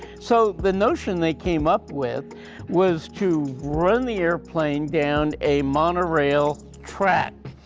so the notion they came up with was to run the airplane down a monorail track.